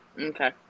Okay